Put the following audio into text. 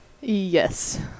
Yes